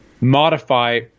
modify